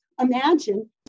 Imagine